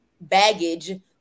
baggage